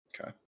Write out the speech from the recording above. Okay